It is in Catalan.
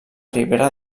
ribera